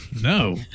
No